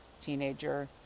teenager